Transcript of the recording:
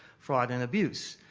fraud and abuse.